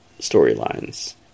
storylines